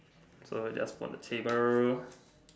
so just put on the table